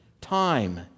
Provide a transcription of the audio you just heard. time